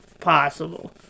possible